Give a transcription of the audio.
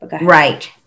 Right